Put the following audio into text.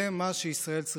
זה מה שישראל צריכה.